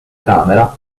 camera